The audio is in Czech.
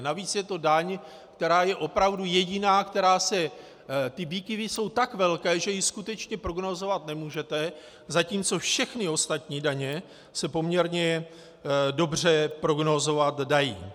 Navíc je to daň, která je opravdu jediná, ty výkyvy jsou tak velké, že ji skutečně prognózovat nemůžete, zatímco všechny ostatní daně se poměrně dobře prognózovat dají.